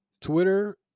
Twitter